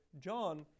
John